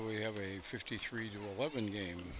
we have a fifty three to eleven game